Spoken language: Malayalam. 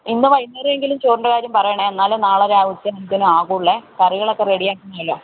ഇന്ന് വൈകുന്നേരമെങ്കിലും ചോറിൻ്റെ കാര്യം പറയണേ എന്നാലേ നാളെ രാവിലെ ഉച്ചയാവുമ്പോത്തേക്കും ആവുകയുള്ളൂ കറികളൊക്കെ റെഡി ആക്കണമല്ലോ